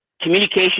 communication